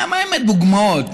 מהן הדוגמאות.